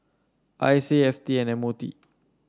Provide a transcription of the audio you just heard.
I C A F T and M O T